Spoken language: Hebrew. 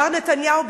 מר נתניהו,